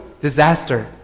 disaster